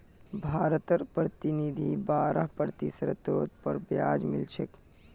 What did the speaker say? भारतत प्रतिदिन बारह प्रतिशतेर पर ब्याज मिल छेक